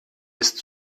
ist